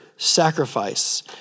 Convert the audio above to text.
sacrifice